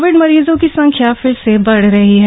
Covid मरीजों की संख्या फिर से बढ़ रही है